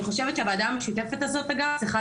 אני חושבת שהוועדה המשותפת הזאת צריכה